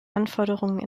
anforderungen